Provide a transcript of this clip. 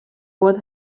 what